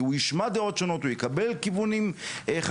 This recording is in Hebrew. כי הוא ישמע דעות שונות או יקבל כיוונים חדשים,